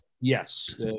yes